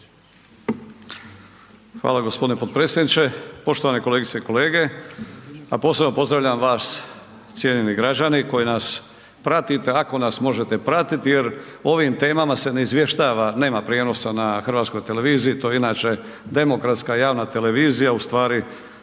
Hvala gospodine potpredsjedniče. Poštovane kolegice i kolege, a posebno pozdravljam vas cijenjeni građani koji nas pratite, ako nas možete pratiti jer o ovim temama se ne izvještava nema prijenosa na HRT-u to je inače demokratska javna televizija u stvari